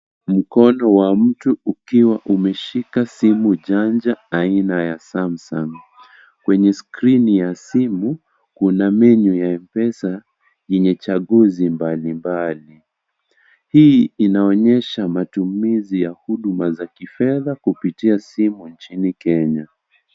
Mkono wa mtu ukiwa umeshika simu janja aina ya Samsung, kwenye skrini ya simu kuna menyu ya M-pesa yenye chaguzi mbalimbali, hii inaonyesha matumizi ya huduma za kifedha kupitia simu nchini Kenya.